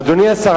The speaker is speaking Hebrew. אדוני השר,